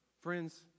Friends